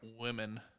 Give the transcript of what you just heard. women